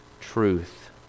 Truth